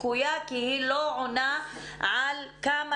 בצורה לקויה כי היא לא עונה על כמה